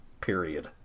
period